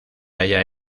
halla